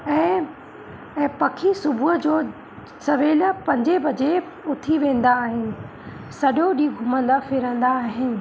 ऐं ऐं पखी सुबुह जो सवेलु पंज बजे उठी वेंदा आहिनि सॼो ॾींहं घुमंदा फिरंदा आहिनि